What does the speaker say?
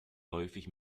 häufig